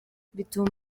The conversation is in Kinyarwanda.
bituma